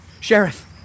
Sheriff